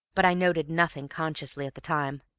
but i noted nothing consciously at the time.